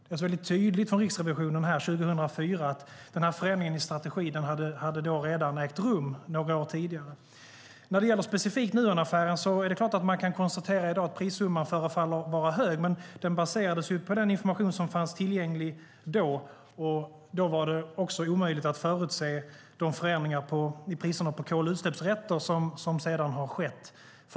Det är alltså tydligt från Riksrevisionen 2004 att förändringen i strategi redan hade ägt rum några år tidigare. När det gäller Nuonaffären specifikt är det klart att man i dag kan konstatera att prissumman förefaller vara hög. Men den baserades på den information som fanns tillgänglig då, och då var det omöjligt att förutse de förändringar i priserna på kol och utsläppsrätter som sedan har skett.